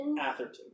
Atherton